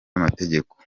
amategeko